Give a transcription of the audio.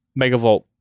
Megavolt